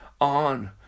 on